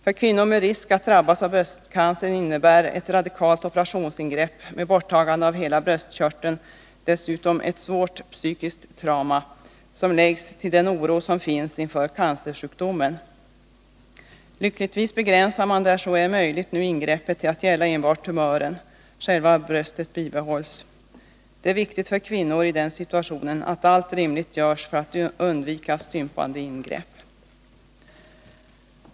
För kvinnor med risk att drabbas av bröstcancer innebär ett radikalt operationsingrepp med borttagande av hela bröstkörteln dessutom ett svårt psykiskt trauma, som läggs till den oro som finns inför cancersjukdomen. Lyckligtvis begränsar man nu där så är möjligt ingreppet till att gälla enbart tumören; själva bröstet bibehålls. Det är viktigt för kvinnor i den situationen att allt rimligt görs för att undvika ett stympande ingrepp.